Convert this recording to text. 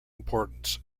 importance